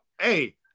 Hey